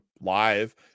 live